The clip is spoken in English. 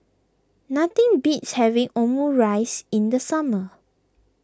nothing beats having Omurice in the summer